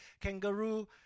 kangaroo